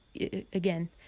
again